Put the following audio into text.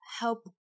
help